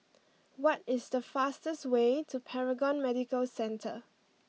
what is the fastest way to Paragon Medical Centre